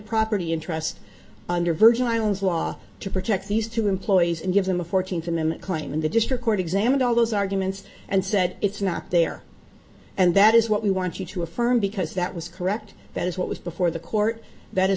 property in trust under virgin islands law to protect these two employees and give them a fourteenth amendment claim and the district court examined all those arguments and said it's not there and that is what we want you to affirm because that was correct that is what was before the court that is